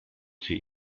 sie